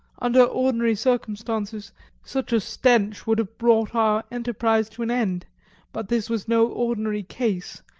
under ordinary circumstances such a stench would have brought our enterprise to an end but this was no ordinary case,